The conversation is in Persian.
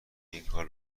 اینکار